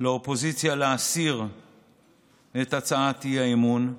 להסיר את הצעת האי-אמון,